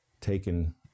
taken